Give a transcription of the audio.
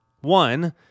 One